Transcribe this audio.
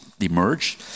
emerge